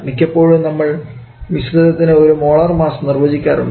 മിക്കപ്പോഴും നമ്മൾ മിശ്രിതത്തിന് ഒരു മോളാർ മാസ്സ് നിർവചിക്കാറുണ്ട്